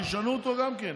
אין בעיה, שישנו אותו גם כן.